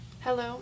Hello